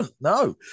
No